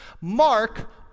Mark